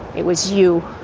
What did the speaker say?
it was you.